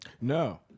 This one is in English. No